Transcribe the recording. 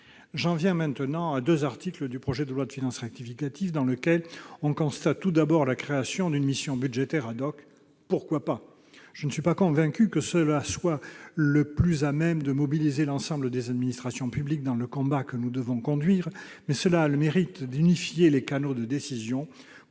J'en viens maintenant à deux articles du projet de loi de finances rectificative dans lesquels on constate tout d'abord la création d'une mission budgétaire- pourquoi pas ? Je ne suis pas convaincu qu'un tel dispositif soit le plus à même de mobiliser l'ensemble des administrations publiques dans le combat que nous devons conduire, mais il aura le mérite d'unifier les canaux de décision,